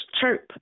chirp